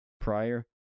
prior